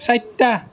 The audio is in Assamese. চাৰিটা